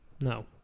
No